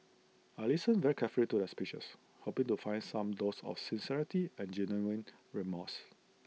I listened very carefully to A speeches hoping to find some dose of sincerity and genuine remorse